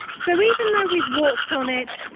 so even though we've walked on it,